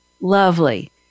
lovely